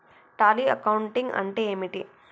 Tally accounting అంటే ఏమిటి?